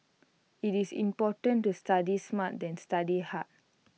IT is important to study smart than study hard